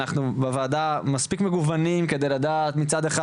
אנחנו בוועדה מספיק מגוונים כדי לדעת מצד אחד